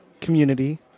community